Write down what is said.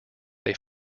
they